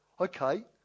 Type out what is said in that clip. okay